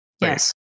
Yes